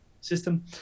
system